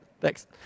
Thanks